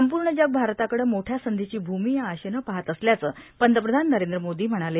संपूर्ण जग भारतकाडे मोठ्या संधीची भूमी या आशेनं पाहात असल्याचं पंतप्रधान वरेंद्र मोदी म्हणाले